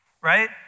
right